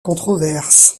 controverses